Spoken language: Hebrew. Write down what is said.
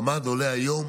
ממ"ד עולה היום